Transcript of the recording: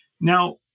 Now